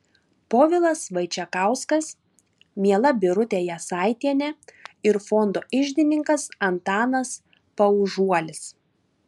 povilas vaičekauskas miela birutė jasaitienė ir fondo iždininkas antanas paužuolis